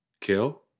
Kill